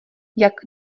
jak